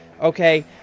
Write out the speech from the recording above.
okay